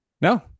no